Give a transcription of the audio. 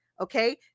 Okay